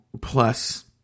plus –